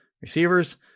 receivers